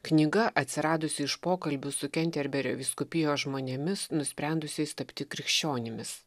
knyga atsiradusi iš pokalbių su kenterberio vyskupijos žmonėmis nusprendusiais tapti krikščionimis